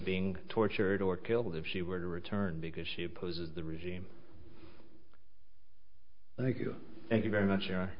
being tortured or killed if she were to return because she opposes the regime thank you thank you very much